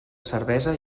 cervesa